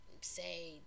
say